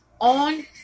on